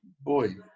boy